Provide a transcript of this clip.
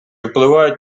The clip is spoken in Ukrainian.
впливають